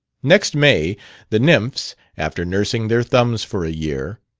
next may the nymphs, after nursing their thumbs for a year